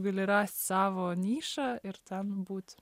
gali rast savo nišą ir ten būt